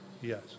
Yes